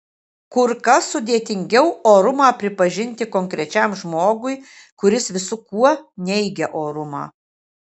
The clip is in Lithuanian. kur kas sudėtingiau orumą pripažinti konkrečiam žmogui kuris visu kuo neigia orumą